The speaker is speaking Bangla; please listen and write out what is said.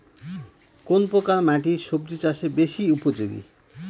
কোন প্রকার মাটি সবজি চাষে বেশি উপযোগী?